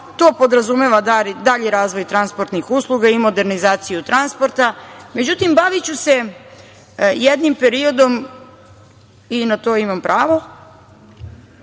To podrazumeva dalji razvoj transportnih usluga i modernizaciju transporta. Međutim, baviću će jednim periodom i na to imam pravo,